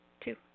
two